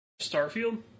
Starfield